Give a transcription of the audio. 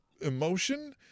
emotion